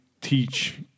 teach